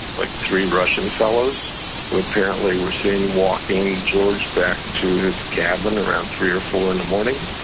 like, three russian fellows, who apparently were seen walking george back to his cabin around three or four in the morning.